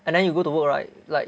and then you go to work right like